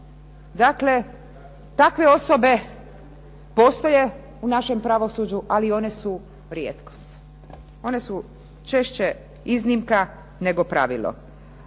Dakle, takve osobe postoje u našem pravosuđu, ali one su rijetkost. One su češće iznimka nego pravilo,